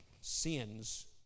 sins